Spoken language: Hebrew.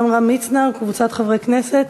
לוועדת החוקה,